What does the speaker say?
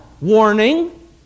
warning